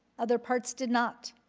other parts did not.